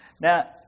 Now